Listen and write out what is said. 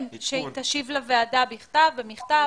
היא תשיב לוועדה במכתב.